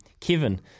Kevin